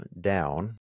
down